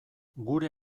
gure